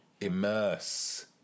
Immerse